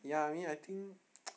ya I mean I think